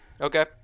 Okay